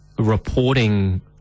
reporting